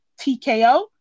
tko